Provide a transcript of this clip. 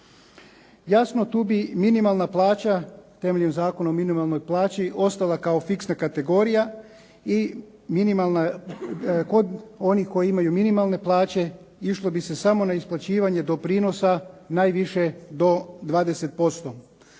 Jasno, tu bi minimalna plaća temeljem Zakona o minimalnoj plaći ostala kao fiksna kategorija i kod onih koji imaju minimalne plaće išlo bi se samo na isplaćivanje doprinosa najviše do 20%.